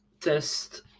test